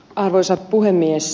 arvoisa puhemies